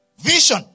Vision